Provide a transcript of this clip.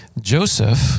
Joseph